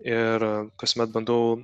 ir kasmet bandau